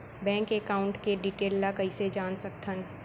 Bank account के detail ल कइसे जान सकथन?